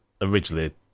originally